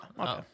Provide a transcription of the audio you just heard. Okay